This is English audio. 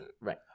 Right